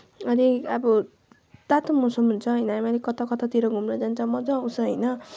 अनि अब तातो मौसम हुन्छ अनि हामी कताकतातिर घुम्न जान्छ मजा आउँछ होइन